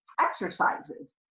exercises